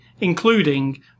including